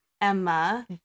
Emma